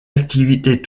activités